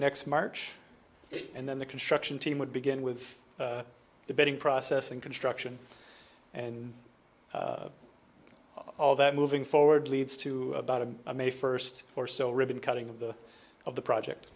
next march and then the construction team would begin with the bidding process and construction and all that moving forward leads to about a may first or so ribbon cutting of the of the project